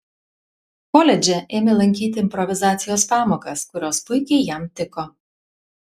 koledže ėmė lankyti improvizacijos pamokas kurios puikiai jam tiko